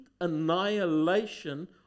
annihilation